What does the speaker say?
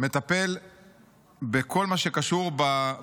מטפל בכל מה שקשור